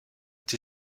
est